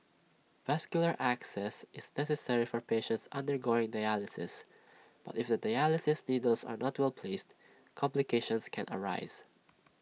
vascular access is necessary for patients undergoing dialysis but if the dialysis needles are not well placed complications can arise